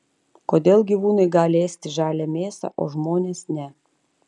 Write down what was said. kodėl gyvūnai gali ėsti žalią mėsą o žmonės ne